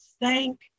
Thank